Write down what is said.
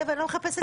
אני לא מחפשת